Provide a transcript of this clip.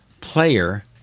player